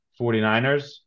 49ers